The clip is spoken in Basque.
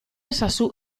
ezazu